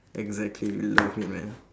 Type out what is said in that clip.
exactly we love it man